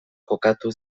kokatu